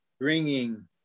Bringing